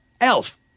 Elf